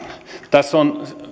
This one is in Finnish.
tässä on